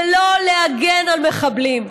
ולא להגן על מחבלים.